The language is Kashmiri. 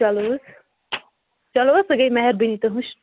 چلو حظ چلو حظ سۄ گٔے مہربٲنی تُہٕنٛز